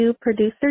producer